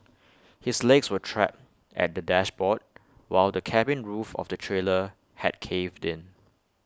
his legs were trapped at the dashboard while the cabin roof of the trailer had caved in